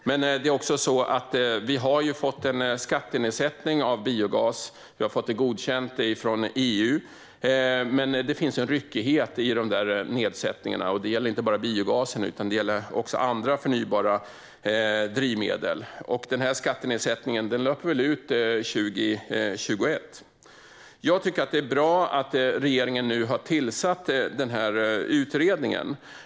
Vi har visserligen fått en skattenedsättning av biogas godkänd av EU, men det finns en ryckighet i dessa nedsättningar, vilket inte bara gäller biogasen utan även andra förnybara drivmedel. Denna skattenedsättning löper dessutom ut 2021. Det är bra att regeringen har tillsatt en utredning.